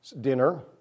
dinner